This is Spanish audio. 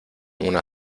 una